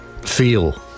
feel